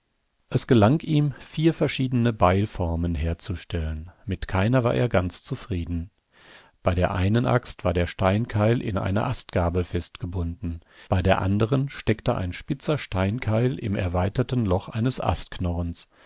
es gelang ihm vier verschiedene beilformen herzustellen mit keiner war er ganz zufrieden bei der einen axt war der steinkeil in einer astgabel festgebunden bei der anderen steckte ein spitzer steinkeil im erweiterten loch eines astknorrens